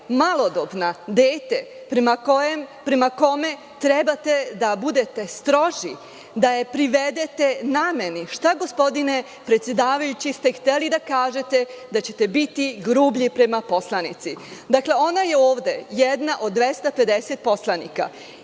malodobna, dete prema kome trebate da budete stroži, da je privedete nameni? Šta ste, gospodine predsedavajući, hteli da kažete time što ste rekli da ćete biti grublji prema poslanici? Dakle, ona je ovde jedna od 250 poslanika. Zaista